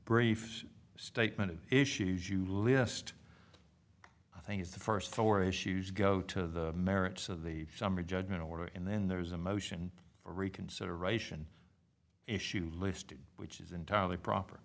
briefs statement of issues you list i think it's the first four issues go to the merits of the summary judgment order and then there's a motion for reconsideration issue listed which is entirely proper